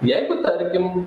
jeigu tarkim